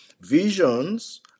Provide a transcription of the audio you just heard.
visions